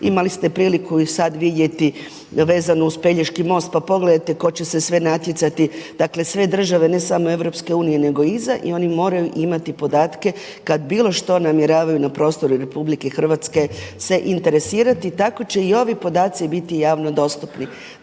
imali ste priliku i sad vidjeti vezano uz Pelješki most pa pogledajte ko će se sve natjecati, dakle sve države ne samo EU nego i izvan i oni moraju imati podatke kad bilo što namjeravaju na prostoru RH se interesirati. Tako će i ovi podaci biti javno dostupni.